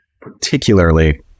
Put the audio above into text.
particularly